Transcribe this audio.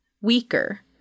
weaker